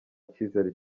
cyizere